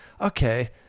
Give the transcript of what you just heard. okay